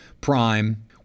prime